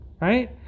right